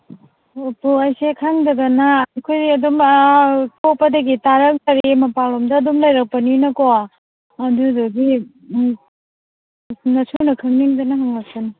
ꯄꯨꯄꯨ ꯑꯩꯁꯦ ꯈꯪꯗꯗꯅ ꯑꯩꯈꯣꯏ ꯑꯗꯨꯝ ꯄꯣꯛꯄꯗꯒꯤ ꯇꯥꯔꯛꯇꯔꯤ ꯃꯄꯥꯜ ꯂꯝꯗ ꯑꯗꯨꯝ ꯂꯩꯔꯛꯄꯅꯤꯅꯀꯣ ꯑꯗꯨꯗꯨꯒꯤ ꯅꯁꯨꯅ ꯈꯪꯅꯤꯡꯗꯅ ꯍꯪꯉꯛꯄꯅꯤ